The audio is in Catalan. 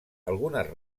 algunes